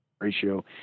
ratio